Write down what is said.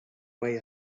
way